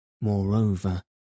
moreover